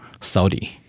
Saudi